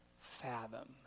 fathom